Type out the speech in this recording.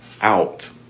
out